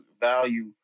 value